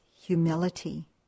humility